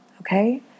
okay